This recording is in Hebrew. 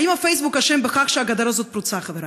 האם פייסבוק אשם בכך שהגדר הזאת פרוצה, חברי?